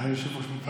היושב-ראש, מותר.